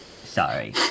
Sorry